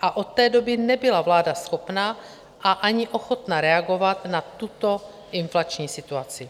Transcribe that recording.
a od té doby nebyla vláda schopna a ani ochotna reagovat na tuto inflační situaci.